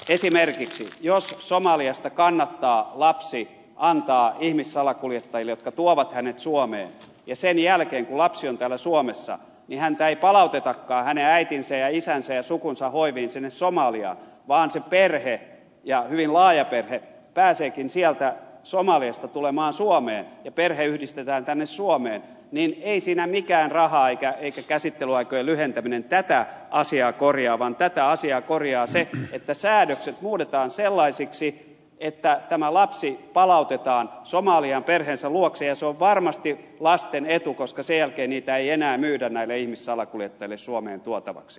esimerkiksi jos somaliasta kannattaa lapsi antaa ihmissalakuljettajille jotka tuovat hänet suomeen ja sen jälkeen kun lapsi on täällä suomessa häntä ei palautetakaan hänen äitinsä ja isänsä ja sukunsa hoiviin sinne somaliaan vaan se perhe ja hyvin laaja perhe pääseekin sieltä somaliasta tulemaan suomeen ja perhe yhdistetään tänne suomeen niin ei siinä mikään raha eikä käsittelyaikojen lyhentäminen tätä asiaa korjaa vaan tässä asiaa korjaa se että säädökset muutetaan sellaisiksi että tämä lapsi palautetaan somaliaan perheensä luokse ja se on varmasti lasten etu koska sen jälkeen niitä ei enää myydä näille ihmissalakuljettajille suomeen tuotavaksi